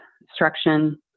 instruction